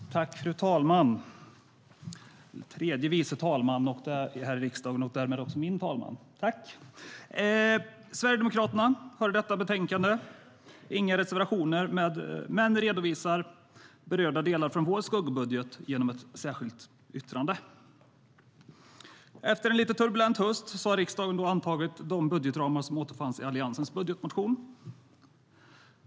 Fru talman! Fru talmannen är tredje vice talman här i riksdagen och därmed också min talman. Efter en lite turbulent höst har riksdagen antagit de budgetramar som återfanns i Alliansens budgetmotion.